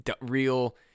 real